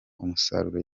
umusaruro